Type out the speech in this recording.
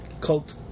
cult